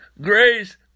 grace